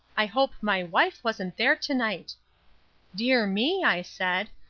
i hope my wife wasn't there to-night dear me i said,